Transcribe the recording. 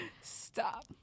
Stop